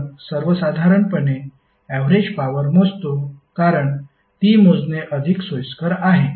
आपण सर्वसाधारणपणे average power मोजतो कारण ती मोजणे अधिक सोयीस्कर आहे